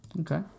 Okay